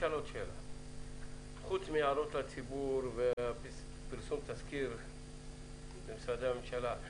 חוץ מהערות לציבור ופרסום תזכיר למשרדי הממשלה,